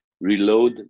reload